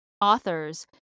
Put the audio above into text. authors